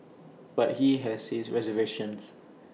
but he has his reservations